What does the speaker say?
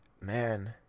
man